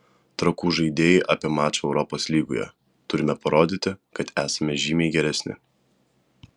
trakų žaidėjai apie mačą europos lygoje turime parodyti kad esame žymiai geresni